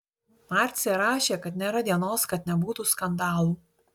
marcė rašė kad nėra dienos kad nebūtų skandalų